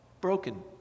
broken